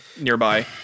nearby